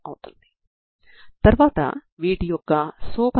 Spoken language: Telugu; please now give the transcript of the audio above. కాబట్టి వాటి వ్యత్యాసం 0 అవుతుంది